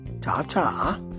Ta-ta